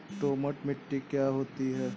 दोमट मिट्टी क्या होती हैं?